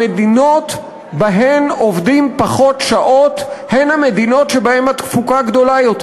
המדינות שבהן עובדים פחות שעות הן המדינות שבהן התפוקה גדולה יותר.